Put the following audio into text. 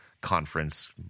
conference